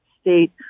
state